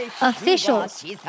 officials